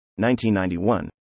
1991